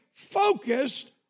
focused